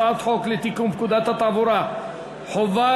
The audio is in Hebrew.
הצעת חוק לתיקון פקודת התעבורה (חובת